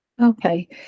Okay